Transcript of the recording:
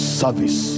service